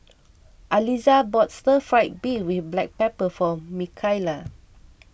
Aliza bought Stir Fried Beef with Black Pepper for Mikaila